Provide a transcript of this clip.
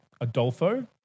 Adolfo